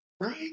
right